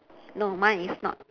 no my is not